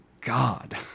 God